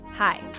Hi